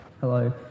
Hello